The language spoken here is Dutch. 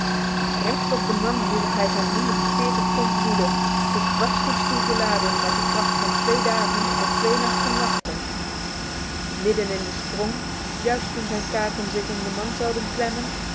recht op den man wierp hij zijn honderd veertig pond woede tot barstens toe geladen met de kracht van twee dagen en twee nachten wachten midden in de sprong juist toen zijn kaken zich om den man zouden klemmen